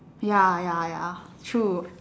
ya ya ya true